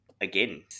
again